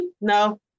No